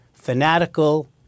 fanatical